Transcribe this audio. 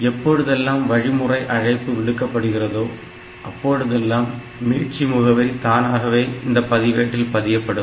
எப்பொழுதெல்லாம் வழிமுறை அழைப்பு விடுக்கப்படுகிறதோ அப்போதெல்லாம் மீட்சி முகவரி தானாகவே இந்தப் பதிவேட்டில் பதியப்படும்